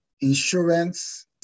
insurance